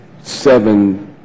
seven